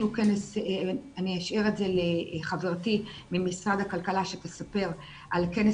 אשאיר לחברתי ממשרד הכלכלה שתספר על כנס